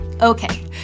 okay